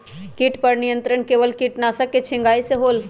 किट पर नियंत्रण केवल किटनाशक के छिंगहाई से होल?